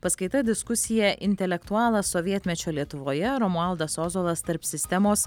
paskaita diskusija intelektualas sovietmečio lietuvoje romualdas ozolas tarp sistemos